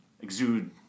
exude